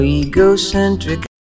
egocentric